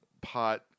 pot